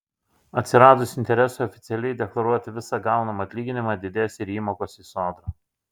atsiradus interesui oficialiai deklaruoti visą gaunamą atlyginimą didės ir įmokos į sodrą